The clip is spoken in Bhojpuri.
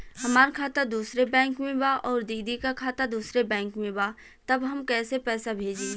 हमार खाता दूसरे बैंक में बा अउर दीदी का खाता दूसरे बैंक में बा तब हम कैसे पैसा भेजी?